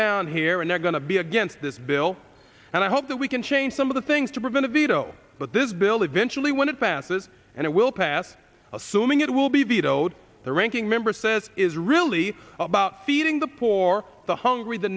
down here and they're going to be again this bill and i hope that we can change some of the things to prevent a veto but this bill eventually when it passes and it will pass assuming it will be vetoed the ranking member says is really about feeding the poor the hungry the